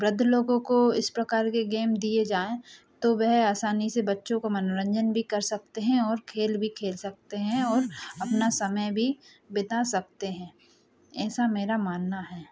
वृद्ध लोगों को इस प्रकार के गेम दिए जाऍं तो वह आसानी से बच्चों का मनोरंजन भी कर सकते हैं और खेल भी खेल सकते हैं और अपना समय भी बिता सकते हैं ऐसा मेरा मानना है